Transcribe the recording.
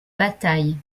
bataille